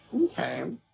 Okay